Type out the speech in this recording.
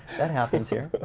that happens here.